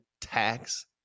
tax